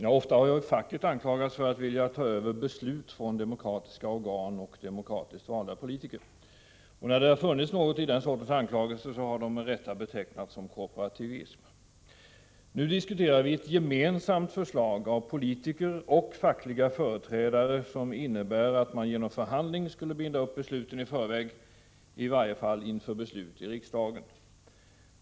Herr talman! Facket har ofta anklagats för att vilja ta över beslutanderätten från demokratiska organ och demokratiskt valda politiker. När det funnits någon grund för den sortens anklagelse, har man med rätta talat om korporativism. Nu diskuterar vi ett av politiker och fackliga företrädare gemensamt förslag, som innebär att man genom förhandling skulle binda upp besluten i förväg, i varje fall besluten här i riksdagen.